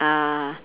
uh